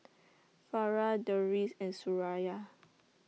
Farah Deris and Suraya